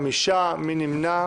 נמנעים,